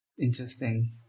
interesting